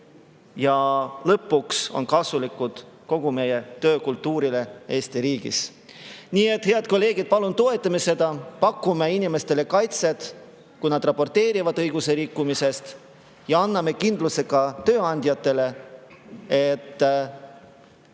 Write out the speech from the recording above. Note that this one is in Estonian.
on lõpuks kasulikud kogu meie töökultuurile Eesti riigis. Head kolleegid, palun toetame seda! Pakume inimestele kaitset, kui nad raporteerivad õigusrikkumisest, ja anname ka tööandjatele